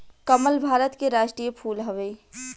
कमल भारत के राष्ट्रीय फूल हवे